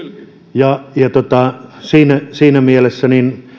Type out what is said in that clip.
siinä siinä mielessä